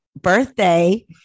birthday